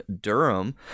Durham